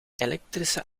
elektrische